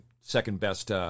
second-best